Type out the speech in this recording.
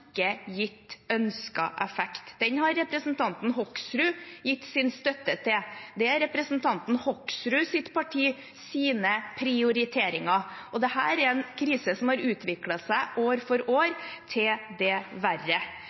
representanten Hoksrud gitt sin støtte til – det er prioriteringene til representanten Hoksruds parti. Det er en krise som har utviklet seg år for år til det verre.